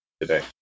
today